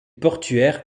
portuaire